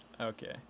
Okay